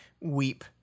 weep